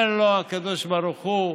אומר לו הקדוש ברוך הוא: